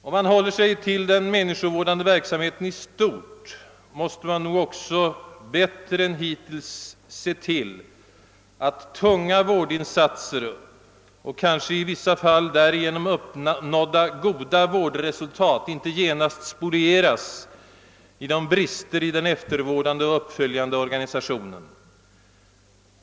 Om man håller sig till den människovårdande verksamheten i stort, måste man nog också bättre än hittills se till, att tunga vårdinsatser och i vissa fall därigenom uppnådda »goda» vårdresultat inte genast spolieras genom brister i den eftervårdande och uppföljande organisationen.